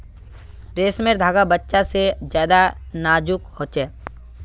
रेसमर धागा बच्चा से ज्यादा नाजुक हो छे